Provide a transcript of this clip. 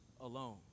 alone